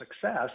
success